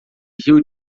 rio